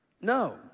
No